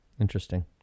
Interesting